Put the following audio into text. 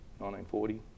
1940